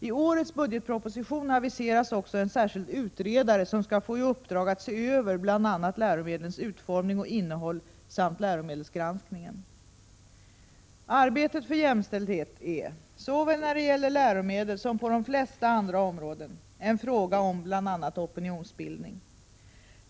T årets budgetproposition aviseras också en särskild utredare som skall få i uppdrag att se över bl.a. läromedlens utformning och innehåll samt läromedelsgranskningen. Arbetet för jämställdhet är, såväl när det gäller läromedel som på de flesta andra områden, en fråga om bl.a. opinionsbildning.